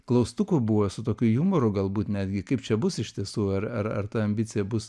klaustuku buvo su tokiu jumoru galbūt netgi kaip čia bus iš tiesų ar ar ar ta ambicija bus